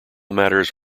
matters